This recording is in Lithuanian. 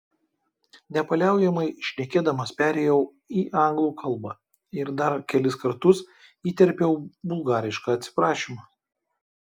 nepaliaujamai šnekėdamas perėjau į anglų kalbą ir dar kelis kartus įterpiau bulgarišką atsiprašymą